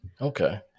Okay